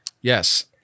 Yes